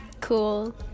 Cool